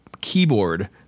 keyboard